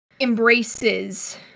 embraces